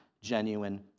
genuine